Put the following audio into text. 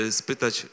spytać